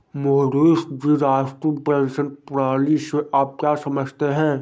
मोहनीश जी, राष्ट्रीय पेंशन प्रणाली से आप क्या समझते है?